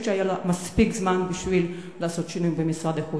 שהיה לה מספיק זמן בשביל לעשות שינויים במשרד החוץ.